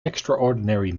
extraordinary